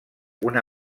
una